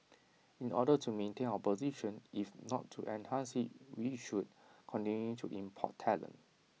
in order to maintain our position if not to enhance IT we should continue to import talent